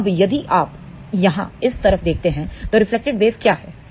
तो अब यदि आप यहाँ इस तरफ देखते हैं तो रिफ्लेक्टिड वेव क्या है